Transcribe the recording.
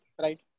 right